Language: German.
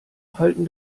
halten